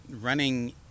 running